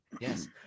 Yes